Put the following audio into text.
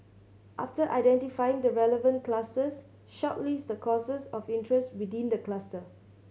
after identifying the relevant clusters shortlist the courses of interest within the cluster